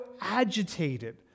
agitated